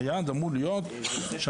היעד אמור להיות שאנחנו,